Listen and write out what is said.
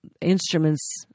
instruments